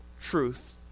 truth